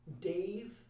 Dave